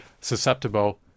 susceptible